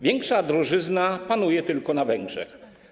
Większa drożyzna panuje tylko na Węgrzech.